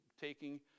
taking